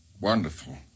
wonderful